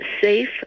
Safe